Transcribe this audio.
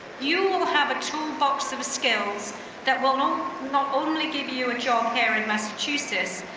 you will have a tool box of skills that will will not only give you you a job here in massachusetts,